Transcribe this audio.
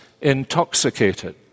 intoxicated